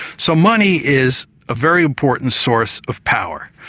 so money is a very important source of power.